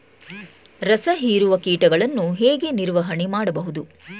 ರಸ ಹೀರುವ ಕೀಟಗಳನ್ನು ಹೇಗೆ ನಿರ್ವಹಣೆ ಮಾಡಬಹುದು?